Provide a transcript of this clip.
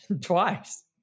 Twice